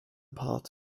part